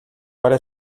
para